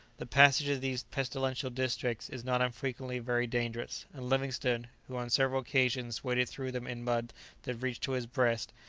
the passage of these pestilential districts is not unfrequently very dangerous, and livingstone, who on several occasions waded through them in mud that reached to his breast,